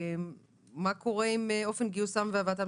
מה קורה הסעיף לגבי אופן גיוסם והבאתם